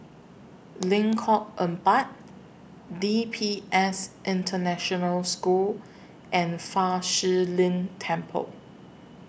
Lengkong Empat D P S International School and Fa Shi Lin Temple